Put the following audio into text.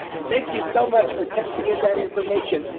thank you so much for texting in that information.